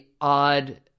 odd